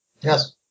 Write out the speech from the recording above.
Yes